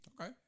Okay